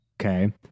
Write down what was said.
okay